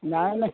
ନାଇଁ ନାଇଁ